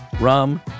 Rum